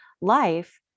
life